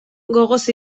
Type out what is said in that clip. gogoz